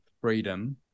Freedom